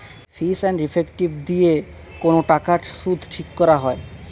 fees and effective দিয়ে কোন টাকার সুদ ঠিক করা হয়